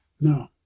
No